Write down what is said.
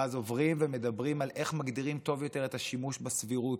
ואז עוברים ומדברים על איך מגדירים טוב יותר את השימוש בסבירות,